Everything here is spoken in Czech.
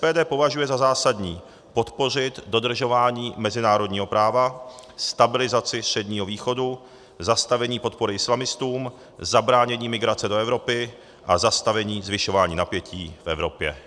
SPD považuje za zásadní podpořit dodržování mezinárodního práva, stabilizaci Středního východu, zastavení podpory islamistům, zabránění migrace do Evropy a zastavení zvyšování napětí v Evropě.